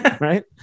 Right